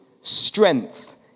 strength